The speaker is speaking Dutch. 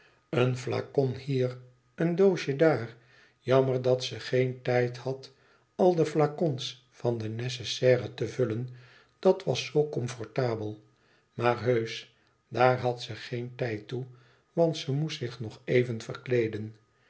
een flacon hier een doosje daar jammer dat ze geen tijd had al de flacons van de nécessaire te vullen dat was zoo comfortabel maar heusch daar had ze geen tijd toe want ze moest zich nog even verkleeden